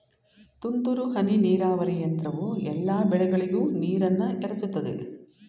ತುಂತುರು ಹನಿ ನೀರಾವರಿ ಯಂತ್ರವು ಎಲ್ಲಾ ಬೆಳೆಗಳಿಗೂ ನೀರನ್ನ ಎರಚುತದೆ